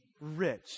rich